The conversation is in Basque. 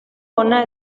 ona